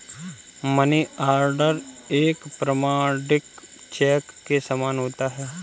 money order एक प्रमाणिक cheque के समान होता है